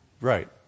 Right